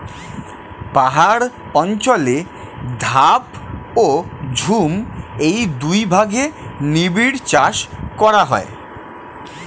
পাহাড় অঞ্চলে ধাপ ও ঝুম এই দুই ভাগে নিবিড় চাষ করা হয়